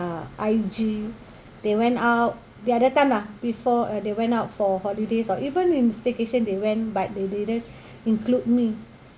their I_G they went out the other time lah before they went out for holidays or even in staycation they went but they didn't include me